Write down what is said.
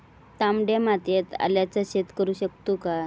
तामड्या मातयेत आल्याचा शेत करु शकतू काय?